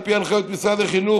על פי הנחיות משרד החינוך,